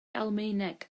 almaeneg